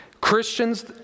Christians